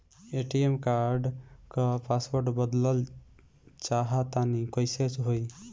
ATM card क password बदलल चाहा तानि कइसे होई?